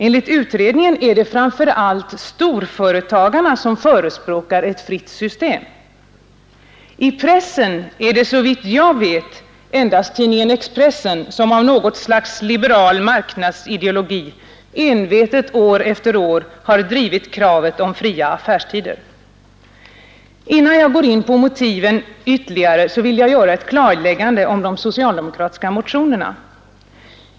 Enligt utredningen är det framför allt storföretagarna som är förespråkare för ett fritt system. I pressen är det såvitt jag vet endast tidningen Expressen som av något slags liberal marknadsideologi envetet år efter år har drivit kravet om fria affärstider. Innan jag går in på motiven ytterligare, vill jag göra ett klarläggande om de socialdemokratiska motionerna.